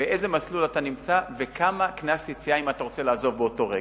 באיזה מסלול אתה נמצא ומה קנס היציאה אם אתה רוצה לעזוב באותו רגע.